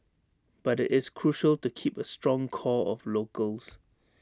but it's crucial to keep A strong core of locals